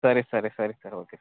ಸರಿ ಸರಿ ಸರಿ ಸರ್ ಓಕೆ